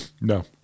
no